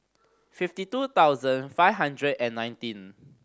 fifty two thousand five hundred and nineteen